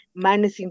minusing